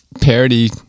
parody